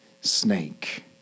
snake